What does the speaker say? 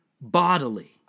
bodily